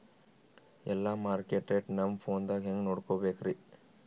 ಎಲ್ಲಾ market rate ನಮ್ ಫೋನದಾಗ ಹೆಂಗ ನೋಡಕೋಬೇಕ್ರಿ?